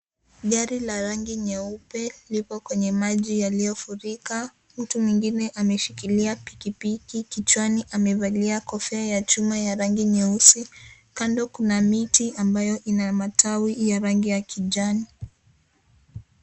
Gari la rangi nyeupe lipo kwenye maji yaliofurika, mtu mwingine ameshikilia pikipiki kichwani amevalia kofia ya chuma ya rangi nyeusi, kando kuna miti ambayo ina matawi ya rangi ya kijani.